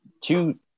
two